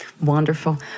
Wonderful